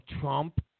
Trump